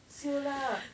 [siol] ah